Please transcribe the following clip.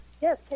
Yes